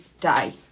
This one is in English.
day